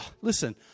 listen